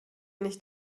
nicht